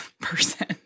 person